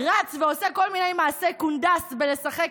רץ ועושה כל מיני מעשי קונדס בלשחק